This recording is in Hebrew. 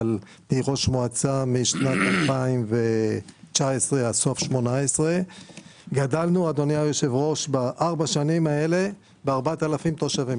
ואני ראש מועצה משנת 2019. גדלנו בארבע השנים האלה ב-4,000 תושבים,